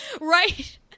right